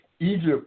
Egypt